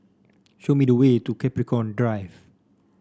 show me the way to Capricorn Drive